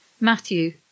Matthew